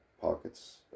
pockets